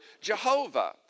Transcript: Jehovah